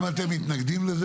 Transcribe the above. אם אתם מתנגדים לזה.